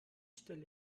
stelle